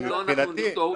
אם לא, אנחנו נכתוב בנפרד.